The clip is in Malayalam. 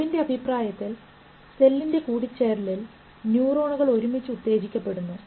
ഹെബ്ബിൻറെ അഭിപ്രായത്തിൽ സെല്ലിൻറെ കൂടിച്ചേരലിൽ ന്യൂറോണുകൾ ഒരുമിച്ച് ഉത്തേജിക്കപ്പെടുന്നു